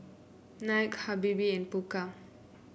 Nike Habibie and Pokka